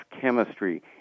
chemistry